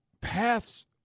paths